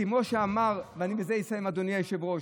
וכמו שאמר, ואני בזה אסיים, אדוני היושב-ראש,